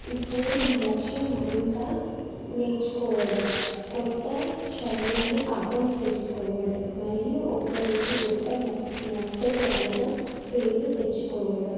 ఇప్పుడు నా లక్ష్యం మరింత నేర్చుకోవడం కొత్త శైలులను అర్థం చేసుకోవడం మరియు ఒక్కరోజు గొప్ప న నర్తకురాలిగా పేరు తెచ్చుకోవడం